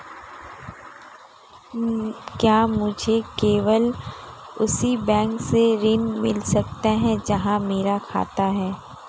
क्या मुझे केवल उसी बैंक से ऋण मिल सकता है जहां मेरा खाता है?